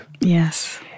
Yes